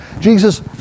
Jesus